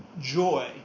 joy